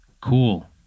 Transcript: Cool